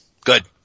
Good